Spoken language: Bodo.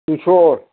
दुइस'